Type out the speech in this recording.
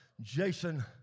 Jason